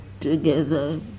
together